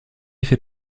fait